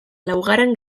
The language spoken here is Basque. laugarren